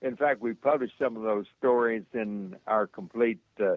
in fact, we published some of those stories in our complete ah